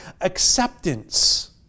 acceptance